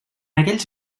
aquells